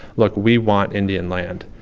look, we want indian land.